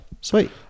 Sweet